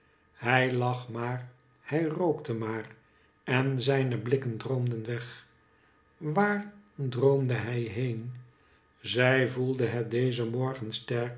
hij lag maar hij rookte maar en zijne blikken droomden weg waar droomde hij heen zij voelde het dezen